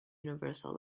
universal